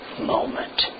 moment